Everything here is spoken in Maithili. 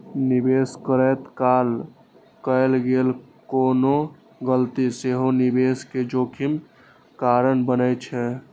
निवेश करैत काल कैल गेल कोनो गलती सेहो निवेश मे जोखिम कारण बनै छै